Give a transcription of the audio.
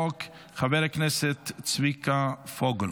עברה ותעבור לדיון בוועדת העבודה והרווחה.